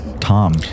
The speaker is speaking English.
Tom